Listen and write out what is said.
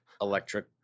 Electric